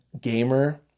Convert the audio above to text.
gamer